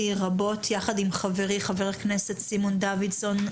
רבות יחד עם חברי חבר הכנסת סימון דוידסון,